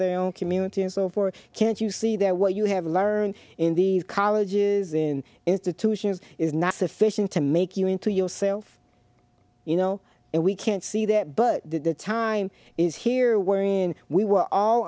own community and so for can't you see that what you have learned in these colleges in institutions is not sufficient to make you into yourself you know we can't see that but the time is here wherein we will all